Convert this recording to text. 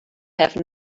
have